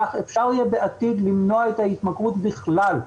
כך אפשר יהיה בעתיד למנוע את ההתמכרות בכלל.